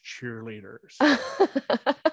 cheerleaders